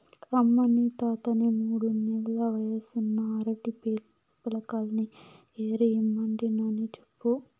అమ్మనీ తాతని మూడు నెల్ల వయసున్న అరటి పిలకల్ని ఏరి ఇమ్మంటినని చెప్పు